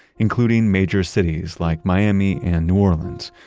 including major cities like miami and new orleans.